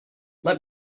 let